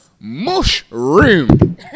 Mushroom